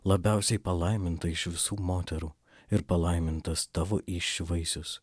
labiausiai palaiminta iš visų moterų ir palaimintas tavo įsčių vaisius